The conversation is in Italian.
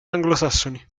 anglosassoni